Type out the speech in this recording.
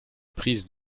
prise